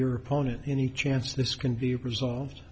your opponent any chance this can be resolved